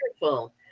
wonderful